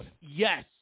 yes